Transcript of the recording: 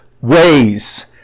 ways